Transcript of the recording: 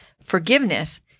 Forgiveness